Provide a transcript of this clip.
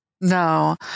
No